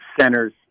centers